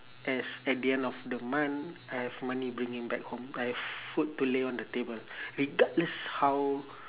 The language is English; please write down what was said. as at the end of the month I have money bring in back home I have food to lay on the table regardless how